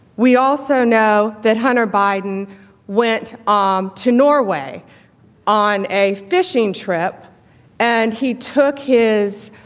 we also know that hunter biden went um to norway on a fishing trip and he took his